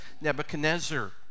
Nebuchadnezzar